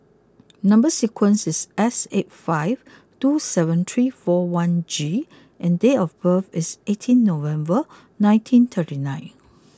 number sequence is S eight five two seven three four one G and date of birth is eighteen November nineteen thirty nine